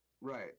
Right